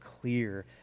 clear